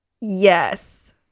yes